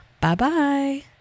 bye-bye